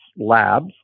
labs